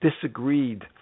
disagreed